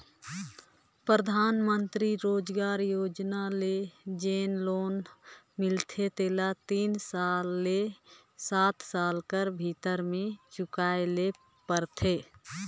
परधानमंतरी रोजगार योजना ले जेन लोन मिलथे तेला तीन ले सात साल कर भीतर में चुकाए ले परथे